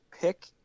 pick